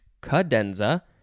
Cadenza